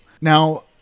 Now